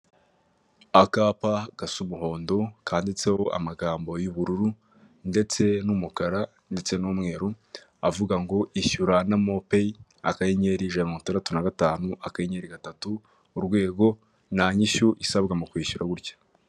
Akapa gasa umuhondo kanditseho amagambo y'ubururu ndetse n'umukara ndetse n'umweru avuga ngo ishyurana na mope akayenyeri ijana na mirongo itandatu na gatanu akanyenyeri gatatu urwego, nta nyishyu isabwa mu kwishyura gutya.